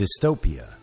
dystopia